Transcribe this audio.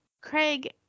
Craig